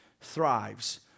thrives